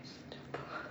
vegetable